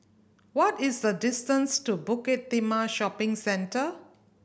what is the distance to Bukit Timah Shopping Centre